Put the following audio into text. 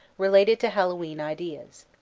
related to hallowe'en ideas.